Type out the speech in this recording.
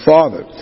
Father